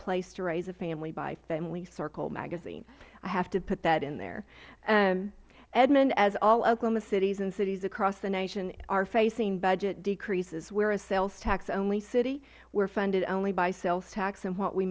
place to raise a family by family circle magazine i had to put that in there edmond as all oklahoma cities and cities across the nation are facing budget decreases we are a sales tax only city we are funded only by sales tax and what we